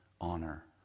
honor